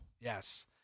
Yes